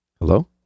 Hello